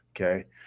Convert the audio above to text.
Okay